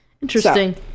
Interesting